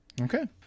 Okay